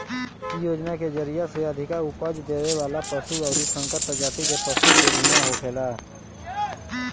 इ योजना के जरिया से अधिका उपज देवे वाला पशु अउरी संकर प्रजाति के पशु के बीमा होखेला